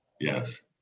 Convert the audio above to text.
Yes